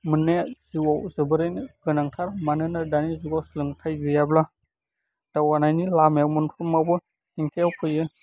मोननाया जिउआव जोबोरैनो गोनांथार मानोना दानि जुगाव सोलोंथाइ गैयाब्ला दावगानायनि लामायाव मोनफ्रोमावबो हेंथायाव फैयो